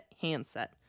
handset